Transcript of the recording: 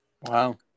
Wow